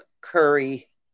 curry